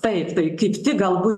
taip tai kaip tik galbūt